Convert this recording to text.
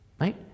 right